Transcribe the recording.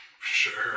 Sure